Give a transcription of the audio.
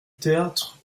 tertre